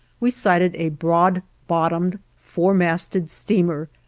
we sighted a broad-bottomed, four-masted steamer,